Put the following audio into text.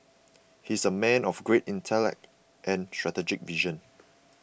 he is a man of great intellect and strategic vision